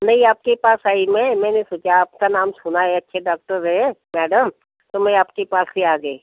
नहीं आपके पास आई मैं मैंने सोचा आपका नाम सुना है अच्छे डाक्टर है मैडम तो मैं आपके पास ही आ गई